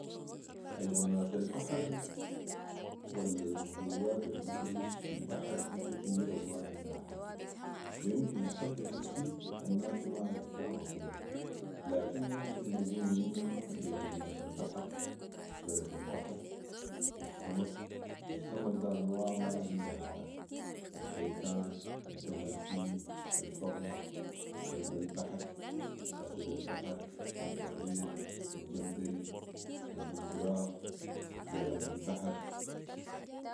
حيوانات البحر ولا المخلوقات البتعيش في البحر دي كتيره وما عندها حد ، وامكن لحدي هسي الناس ما عرفوها كلها ، لكن ممكن نقول منها ذي نجمة البحر و فرس البحر و السمك و السمك ده انواع ما عندها عد ،الحيتان، الدلافين ،الفقمه ،كلب البحر ،اسد البحر، البطريق ،الجمبري ،الزومبراخ ،جراد البحر